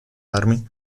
army